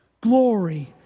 glory